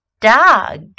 dog